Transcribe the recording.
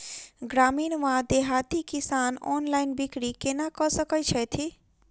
ग्रामीण वा देहाती किसान ऑनलाइन बिक्री कोना कऽ सकै छैथि?